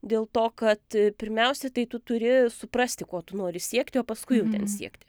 dėl to kad pirmiausia tai tu turi suprasti ko tu nori siekti o paskui jau ten siekti